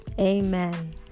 amen